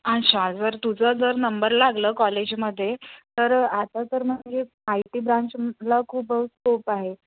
अच्छा जर तुझं जर नंबर लागलं कॉलेजमध्ये तर आता तर म्हणजे आय टी ब्रँचला खूप स्कोप आहे